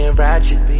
ratchet